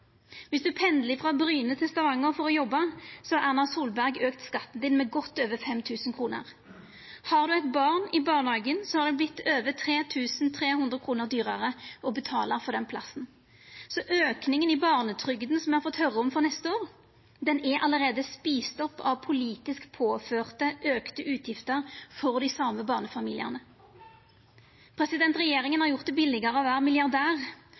du pendlar frå Bryne til Stavanger for å jobba, har Erna Solberg auka skatten din med godt over 5 000 kr. Har du eit barn i barnehagen, har det vorte over 3 300 kr meir å betala for den plassen. Så aukinga i barnetrygda frå neste år som me har fått høyra om, er allereie eten opp av politisk påførte auka utgifter for dei same barnefamiliane. Regjeringa har gjort det billegare å vera milliardær